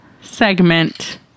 segment